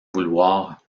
vouloir